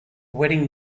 wedding